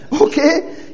Okay